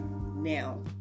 now